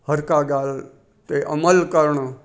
हर का ॻाल्हि ते अमल करणु